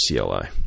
CLI